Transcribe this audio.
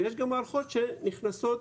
ויש גם מערכות שנכנסות